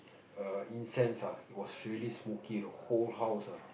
err incense ah it was really smoky the whole house ah